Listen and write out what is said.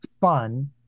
fun